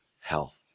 health